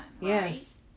yes